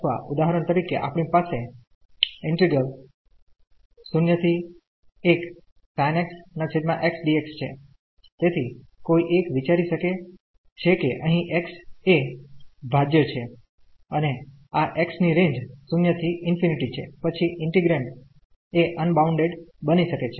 અથવા ઉદાહરણ તરીકે આપણી પાસે છે તેથી કોઈ એક વિચારી શકે છે કે અહી x એ ભાજ્ય છે અને આ x ની રેન્જ 0 થી ∞ છે પછી ઈન્ટિગ્રેન્ડ એ અનબાઉન્ડેડ બની શકે છે